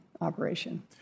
operation